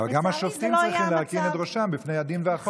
אבל גם השופטים צריכים להרכין את ראשם בפני הדין והחוק.